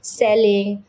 selling